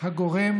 הגורם